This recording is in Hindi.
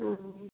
हाँ